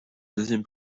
deuxième